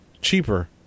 cheaper